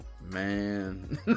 man